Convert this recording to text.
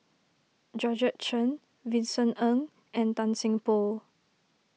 Georgette Chen Vincent Ng and Tan Seng Poh